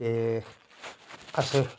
स्हाड़ा इल्मी अरबी